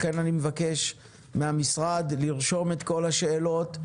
לכן אני מבקש מהמשרד לכתוב את כל השאלות.